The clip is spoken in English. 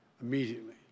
immediately